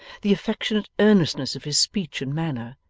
the affectionate earnestness of his speech and manner,